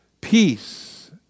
peace